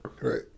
Right